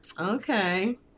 okay